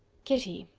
kitty,